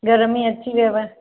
घर में अची वियव